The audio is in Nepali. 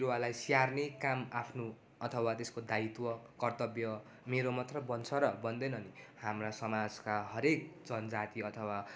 बिरुवालाई स्याहार्ने काम आफ्नो अथवा त्यसको दायित्व कर्त्तव्य मेरो मात्र बन्छ र बन्दैन नि हाम्रा समाजका हरेक जनजाति अथवा